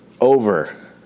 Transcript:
over